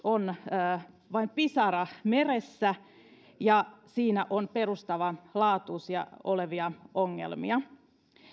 on vain pisara meressä ja siinä on perustavanlaatuisia ongelmia